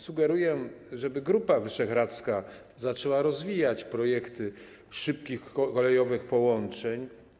Sugeruję, żeby Grupa Wyszehradzka zaczęła rozwijać projekty szybkich kolejowych połączeń.